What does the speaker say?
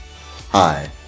Hi